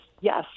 yes